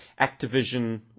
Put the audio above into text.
Activision